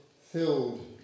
filled